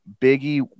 Biggie